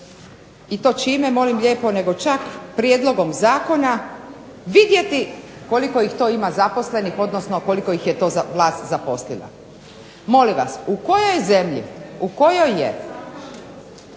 i to čime molim lijepo nego čak prijedlogom zakona vidjeti koliko ih to ima zaposlenih odnosno koliko ih je to vlast zaposlila. Molim vas, u kojoj zemlji u koji je